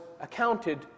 accounted